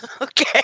Okay